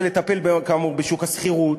זה לטפל כאמור בשוק השכירות.